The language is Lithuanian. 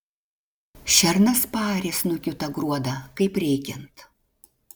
šernas paarė snukiu tą gruodą kaip reikiant